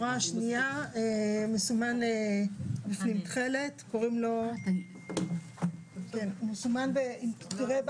אני חושב נעה, תקני אותי אם אני טועה,